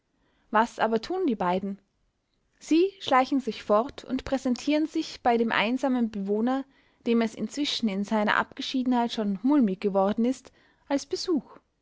was aber tun die beiden sie schleichen sich fort und präsentieren sich bei dem einsamen bewohner dem es inzwischen in seiner abgeschiedenheit schon mulmig geworden ist als besuch